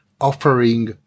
offering